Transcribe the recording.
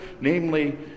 namely